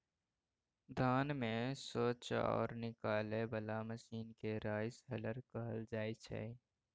धान मे सँ चाउर निकालय बला मशीन केँ राइस हलर कहल जाइ छै